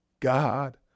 God